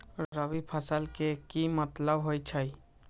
रबी फसल के की मतलब होई छई?